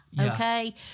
Okay